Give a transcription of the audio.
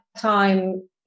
time